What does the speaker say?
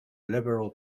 liberal